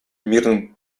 мирным